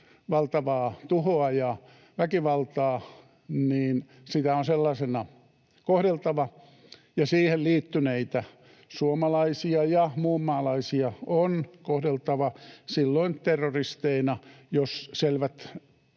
valtavaa tuhoa ja väkivaltaa, niin sitä on sellaisena kohdeltava, ja siihen liittyneitä suomalaisia ja muunmaalaisia on kohdeltava silloin terroristeina, jos selvät